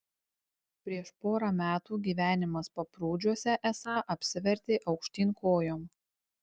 prieš porą metų gyvenimas paprūdžiuose esą apsivertė aukštyn kojom